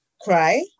cry